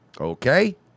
Okay